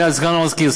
אדוני סגן המזכירה,